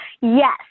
yes